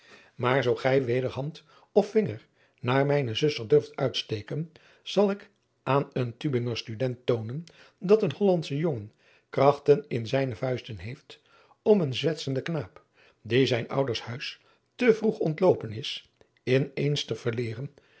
maar zoo gij weder hand of vinger naar mijne zuster durft uitsteken zal ik aan een ubinger tudent toonen dat een ollandsche jongen krachten in zijne vuisten heeft om een zwetsenden knaap die zijn ouders huis te vroeg ontloopen is in eens te verleeren